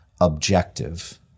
objective